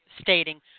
stating